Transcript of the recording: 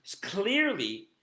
clearly